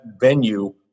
venue